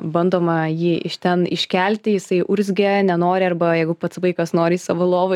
bandoma jį iš ten iškelti jisai urzgia nenori arba jeigu pats vaikas nori įsavo lovą